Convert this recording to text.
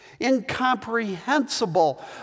incomprehensible